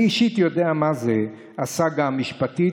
אני אישית יודע מה זה סאגה משפטית,